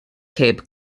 cape